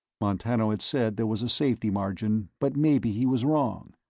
montano had said there was a safety margin, but maybe he was wrong,